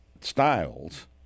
styles